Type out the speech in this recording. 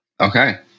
Okay